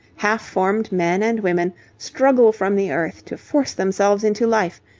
half-formed men and women struggle from the earth to force themselves into life,